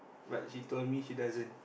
but she told me she doesn't